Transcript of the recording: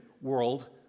world